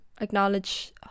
acknowledge